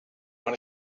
want